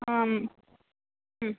ಹಾಂ ಹ್ಞೂ